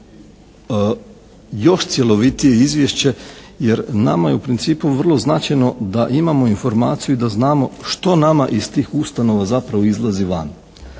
još cjelovitije izvješće jer nama je u principu vrlo značajno da imamo informaciju i da znamo što nama iz tih ustanova zapravo izlazi van,